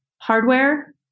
hardware